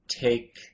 take